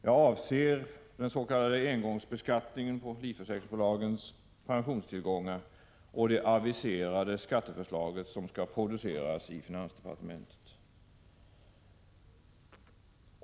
Jag avser den s.k. engångsbeskattningen på livförsäkringsbolagens pensionstillgångar och det aviserade skatteförslaget, som skall produceras i finansdepartementet.